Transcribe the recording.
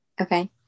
Okay